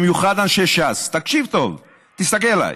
במיוחד אנשי ש"ס תקשיב טוב, תסתכל אליי,